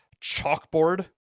chalkboard